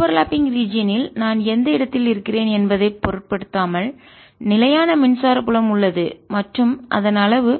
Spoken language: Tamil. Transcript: ஓவர்லப்பிங்ஒன்றுடன் ஒன்று ரீஜியன் ல் நான் எந்த இடத்தில் இருக்கிறேன் என்பதைப் பொருட்படுத்தாமல் நிலையான மின்சார புலம் உள்ளது மற்றும் அதன் அளவு